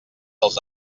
els